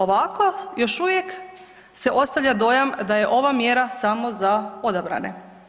Ovako, još uvijek se ostavlja dojam da je ova mjera samo za odabrane.